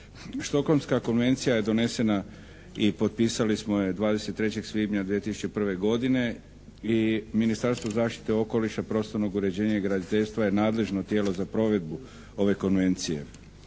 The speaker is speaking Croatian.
Stockholmska konvencija je donesena i potpisali smo je 23. svibnja 2001. godine i Ministarstvo zaštite okoliša, prostornog uređenja i graditeljstva je nadležno tijelo za provedbu ove Konvencije.